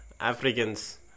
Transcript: africans